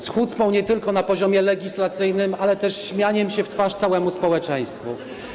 Z hucpą nie tylko na poziomie legislacyjnym, ale też śmianiem się w twarz całemu społeczeństwu.